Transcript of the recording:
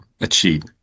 achieve